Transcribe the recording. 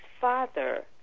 father